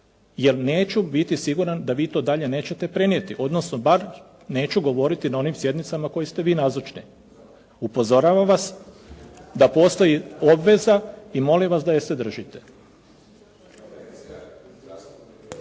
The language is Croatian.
jer neću biti siguran da vi to dalje nećete prenijeti, odnosno bar neću govoriti na onim sjednicama kojim ste vi nazočni. Upozoravam vas da postoji obveza i molim vas da je se držite.